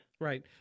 Right